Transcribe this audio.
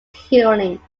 healing